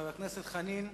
חבר הכנסת דב חנין,